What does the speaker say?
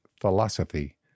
philosophy